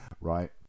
right